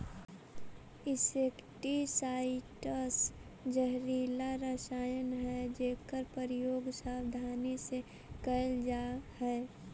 insecticides जहरीला रसायन हई जेकर प्रयोग सावधानी से कैल जा हई